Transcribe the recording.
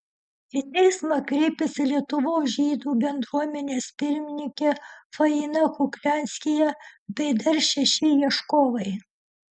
į teismą kreipėsi lietuvos žydų bendruomenės pirmininkė faina kuklianskyje bei dar šeši ieškovai